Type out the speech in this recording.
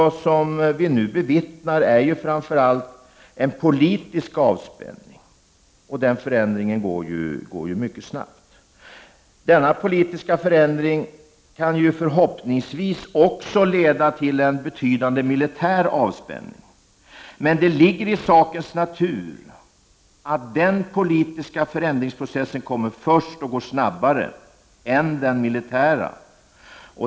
Det vi nu bevittnar är framför allt en politisk avspänning, och den förändringen går mycket snabbt. Denna politiska förändring kan förhoppningsvis leda till en betydande militär avspänning, men det ligger i sakens natur att den politiska förändringsprocessen kommer först och går snabbare än den militära.